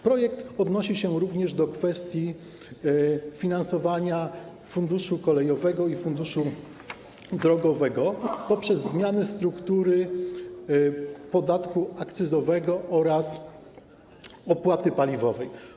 Projekt odnosi się również do kwestii finansowania Funduszu Kolejowego i funduszu drogowego poprzez zmiany struktury podatku akcyzowego oraz opłaty paliwowej.